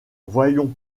voyons